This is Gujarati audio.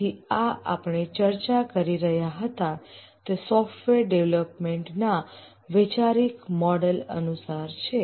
તેથી આ આપણે ચર્ચા કરી રહ્યા હતા તે સોફ્ટવેર ડેવલપમેન્ટ ના વૈચારિક મોડલ અનુસાર છે